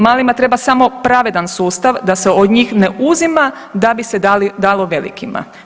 Malima treba samo pravedan sustav da se od njih ne uzima da bi se dalo velikima.